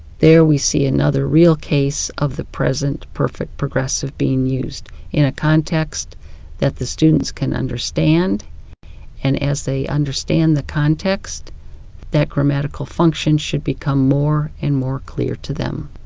there we see another real case of the present perfect progressive being used in a context that the students can understand and as they understand the context that grammatical function should become more and more clear to them.